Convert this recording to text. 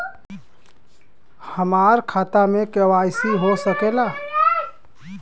हमार खाता में के.वाइ.सी हो सकेला?